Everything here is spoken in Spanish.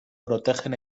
protegen